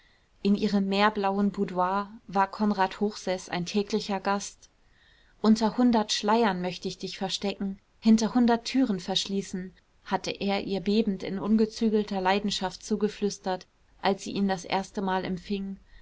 in ihrem meerblauen boudoir war konrad hochseß ein täglicher gast unter hundert schleiern möcht ich dich verstecken hinter hundert türen verschließen hatte er ihr bebend in ungezügelter leidenschaft zugeflüstert als sie ihn das erstemal empfing